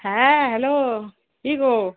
হ্যাঁ হ্যালো কিগো